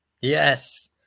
Yes